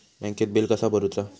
बँकेत बिल कसा भरुचा?